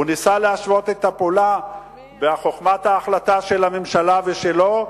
הוא ניסה להשוות את הפעולה ואת חוכמת ההחלטה של הממשלה ושלו,